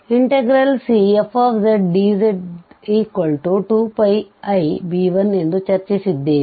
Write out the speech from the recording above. Cfzdz2πib1 ಎಂದು ಚರ್ಚಿಸಿದ್ದೇವೆ